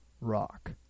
rock